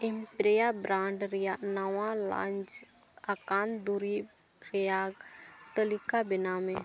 M Priya brand ᱨᱮᱭᱟᱜ ᱱᱟᱣᱟ launch ᱟᱠᱟᱱ ᱫᱩᱨᱤᱵᱽ ᱨᱮᱭᱟᱜᱽ ᱛᱟᱹᱞᱤᱠᱟ ᱵᱮᱱᱟᱣ ᱢᱮ